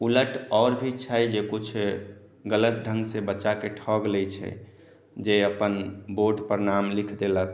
उलट आओर भी छै जे कुछ गलत ढंग से बच्चा के ठग लै छै जे अपन बोर्ड पर नाम लिख देलक